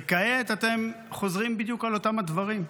וכעת אתם חוזרים בדיוק על אותם הדברים.